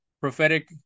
prophetic